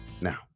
now